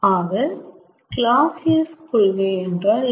ஆக கிளாஸ்சியஸ் கொள்கை என்றால் என்ன